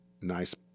nice